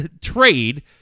trade